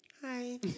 Hi